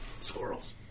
squirrels